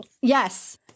Yes